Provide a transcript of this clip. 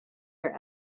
are